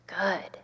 good